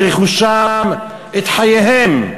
את רכושם, את חייהם.